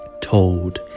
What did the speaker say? told